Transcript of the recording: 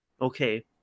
Okay